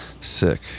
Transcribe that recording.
Sick